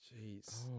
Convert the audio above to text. jeez